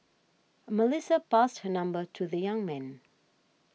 Melissa passed her number to the young man